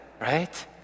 right